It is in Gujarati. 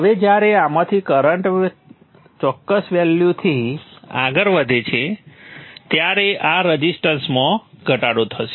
હવે જ્યારે આમાંથી કરંટ ચોક્કસ વેલ્યુથી આગળ વધે છે ત્યારે આ રઝિસ્ટન્સમાં ઘટાડો થશે